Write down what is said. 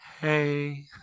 hey